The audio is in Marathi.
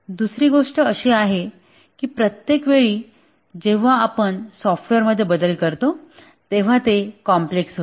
दुसरी गोष्ट अशी आहे की प्रत्येक वेळी जेव्हा आपण सॉफ्टवेअर मध्ये बदल करतो तेव्हा ते कॉम्प्लेक्स होते